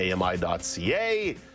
ami.ca